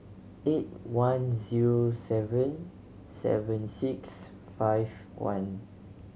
eight one zero seven seven six five one